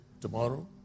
tomorrow